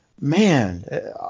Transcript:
Man